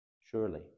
Surely